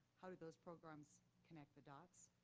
how do those programs connect the dots?